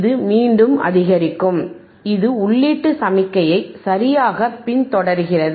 இது மீண்டும் அதிகரிக்கும் இது உள்ளீட்டு சமிக்ஞையை சரியாகப் பின்தொடர்கிறது